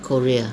korea ah